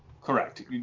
correct